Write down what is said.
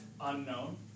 unknown